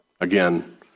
again